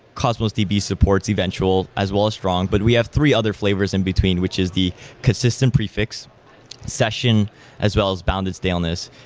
cosmos db supports eventual as well as strong, but we have three other flavors in between which is the consistent prefix session as well as bounded staleness,